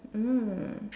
mm